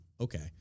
Okay